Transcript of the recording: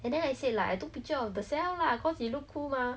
she I don't know then after that like the O_M was like quite scary